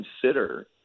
consider